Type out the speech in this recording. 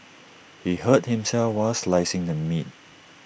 he hurt himself while slicing the meat